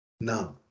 Now